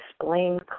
explain